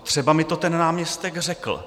Třeba mi to ten náměstek řekl.